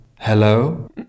Hello